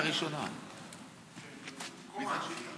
חברת הכנסת שולי מועלם-רפאלי, 758, לפרוטוקול.